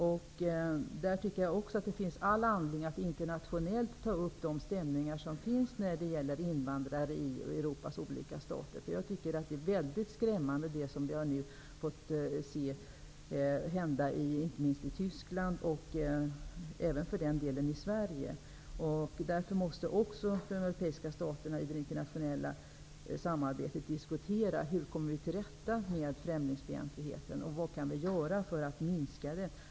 Jag tycker att det finns all anledning att internationellt ta upp de stämningar som finns när det gäller invandrare i Europas olika stater. Det är väldigt skrämmande vad vi nu fått se hända inte minst i Tyskland och även för den delen i Sverige. Därför måste också de europeiska staterna i det internationella samarbetet diskutera hur man skall komma till rätta med främlingsfientlighet och vad man kan göra för att minska den.